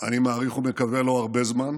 אני מעריך ומקווה, לא הרבה זמן,